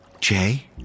Jay